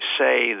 say